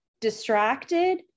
distracted